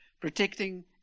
Protecting